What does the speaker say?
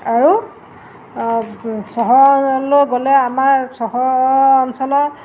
আৰু চহৰলৈ গ'লে আমাৰ চহৰৰ অঞ্চলত